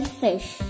fish